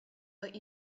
but